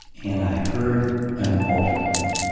and i heard an altar call,